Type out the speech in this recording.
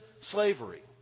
slavery